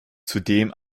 zudem